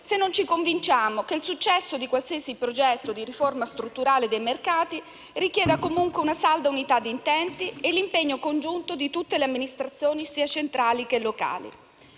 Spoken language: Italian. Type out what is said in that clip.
se non ci convinciamo che il successo di qualsiasi progetto di riforma strutturale dei mercati richieda comunque una salda unità di intenti e l'impegno congiunto di tutte le amministrazioni, sia centrali che locali.